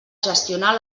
gestionar